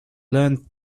learned